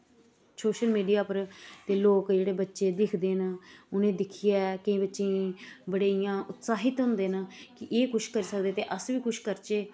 social media पर ते लोक जेह्ड़े बच्चे दिखदे न उनें दिक्खियै केईं बच्चें गी बड़े इ'यां उत्त्साहित होंदे न कि एह् कुश करी सकदे ते अस बी कुश करचे